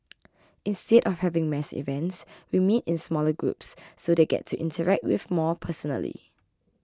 instead of having mass events we meet in smaller groups so they get to interact with more personally